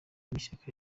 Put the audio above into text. n’ishyaka